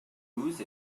whose